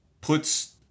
puts